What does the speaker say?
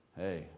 Hey